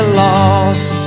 lost